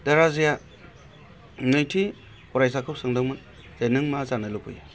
दा राजाया नैथि फरायसाखौ सोंदोंमोन जे नों मा जानो लुबैयो